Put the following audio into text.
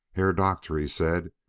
herr doktor, he said,